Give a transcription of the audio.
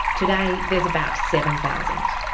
today there's about seven thousand.